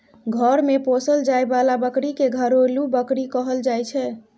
घर मे पोसल जाए बला बकरी के घरेलू बकरी कहल जाइ छै